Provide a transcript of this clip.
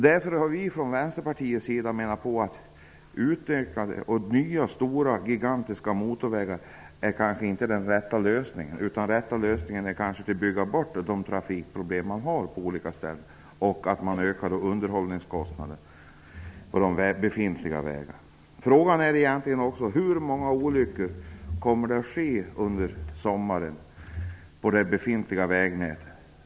Därför menar vi från Vänsterpartiet att nya gigantiska motorvägar kanske inte är det bästa. Det kanske är bättre att bygga bort de trafikproblem som finns och att öka underhållet av de befintliga vägarna. Frågan är också hur många olyckor som kommer att inträffa under sommaren på det befintliga vägnätet.